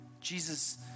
Jesus